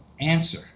answer